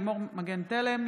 לימור מגן תלם,